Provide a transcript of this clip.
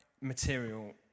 material